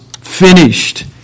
finished